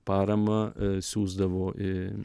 paramą siųsdavo į